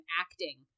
acting